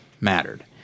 mattered